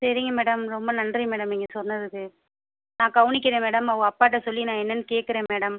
சரிங்க மேடம் ரொம்ப நன்றி மேடம் நீங்கள் சொன்னதுக்கு நான் கவனிக்கிறேன் மேடம் அவங்க அப்பாகிட்ட சொல்லி நான் என்னென்னு கேட்குறேன் மேடம்